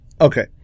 Okay